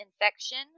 infection